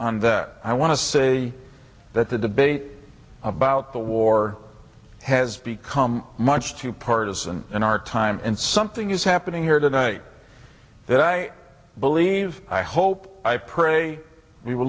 on that i want to say that the debate about the war has become much too partisan in our time and something is happening here tonight that i believe i hope i pray